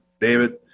David